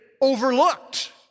overlooked